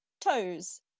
toes